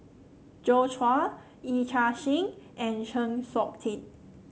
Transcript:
Joi Chua Yee Chia Hsing and Chng Seok Tin